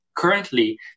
Currently